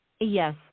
Yes